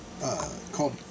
called